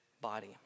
body